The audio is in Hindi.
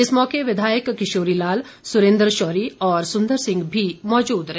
इस मौके विघायक किशोरी लाल सुरेंद्र शौरी और सुन्दर सिंह भी मौजूद रहे